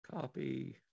Copy